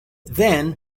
then